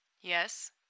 Yes